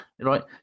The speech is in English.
right